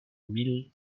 mille